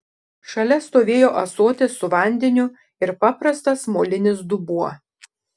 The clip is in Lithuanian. šalia stovėjo ąsotis su vandeniu ir paprastas molinis dubuo